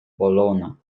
bologna